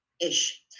ish